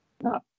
no